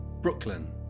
Brooklyn